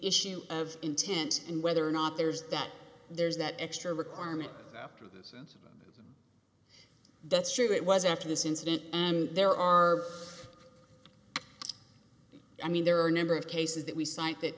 issue of intent and whether or not there's that there's that extra requirement after this if that's true it was after this incident and there are i mean there are a number of cases that we cite that